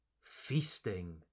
feasting